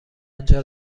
آنجا